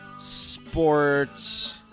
sports